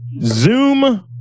zoom